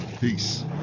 Peace